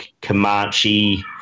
Comanche